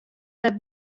wer